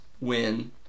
win